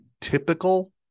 typical